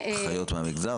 אחיות מהמגזר.